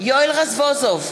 יואל רזבוזוב,